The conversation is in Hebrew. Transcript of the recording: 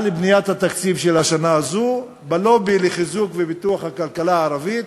על בניית התקציב של השנה הזאת בלובי לחיזוק ופיתוח הכלכלה הערבית.